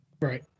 Right